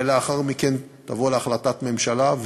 ולאחר מכן תבוא להחלטות ממשלה,